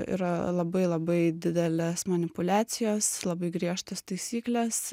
yra labai labai didelės manipuliacijos labai griežtos taisyklės